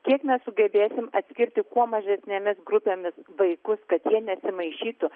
kiek mes sugebėsim atskirti kuo mažesnėmis grupėmis vaikus kad jie nesimaišytų